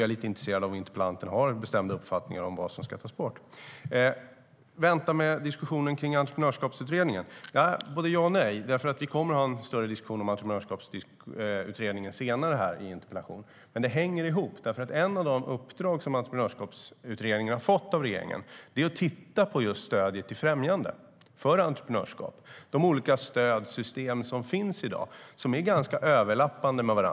Jag är intresserad av om interpellanten har någon bestämd uppfattning om vad som ska tas bort. När det gäller att vänta med diskussionen om Entreprenörskapsutredningen är svaret både ja och nej. Vi kommer att ha en större diskussion om utredningen i en senare interpellation, men det hänger ihop. Ett av de uppdrag som Entreprenörskapsutredningen har fått av regeringen är att titta på stödet till främjande av entreprenörskap. De olika stödsystem som finns i dag är ganska överlappande.